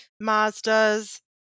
Mazda's